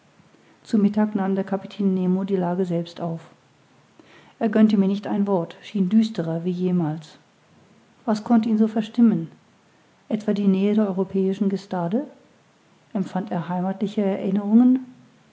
zu mittag nahm der kapitän nemo die lage selbst auf er gönnte mir nicht ein wort schien düsterer wie jemals was konnte ihn so verstimmen etwa die nähe der europäischen gestade empfand er heimatliche erinnerungen